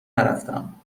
نرفتم